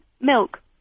milk